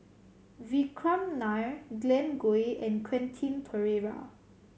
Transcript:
Vikram Nair Glen Goei and Quentin Pereira